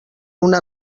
una